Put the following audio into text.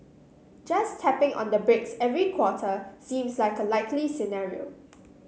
just tapping on the brakes every quarter seems like a likely scenario